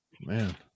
man